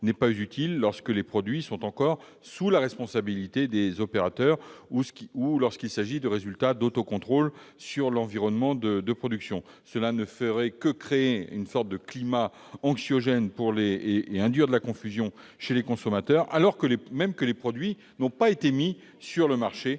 n'est pas utile lorsque les produits sont encore sous la responsabilité des opérateurs, ou lorsqu'il s'agit de résultats d'autocontrôle sur l'environnement de production. Une telle information ne manquerait pas de créer un climat anxiogène et d'induire de la confusion chez les consommateurs, alors même que les produits n'ont pas été mis sur le marché.